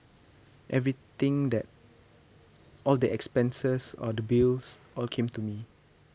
everything that all the expenses all the bills all came to me